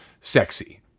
sexy